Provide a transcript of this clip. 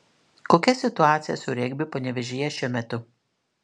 kokia situacija su regbiu panevėžyje šiuo metu